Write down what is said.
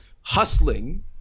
Hustling